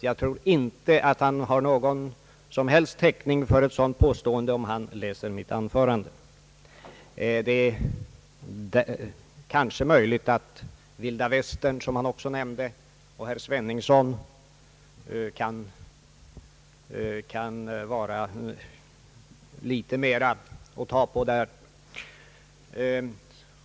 Jag tror inte att han har någon som helst täckning för ett sådant påstående om han läser mitt anförande, Det är möjligt att » vilda västern», som han också nämnde, och herr Sveningsson kan vara litet mera att ta på därvidlag.